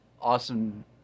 awesome